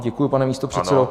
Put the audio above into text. Děkuji, pane místopředsedo.